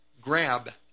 grab